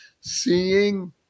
seeing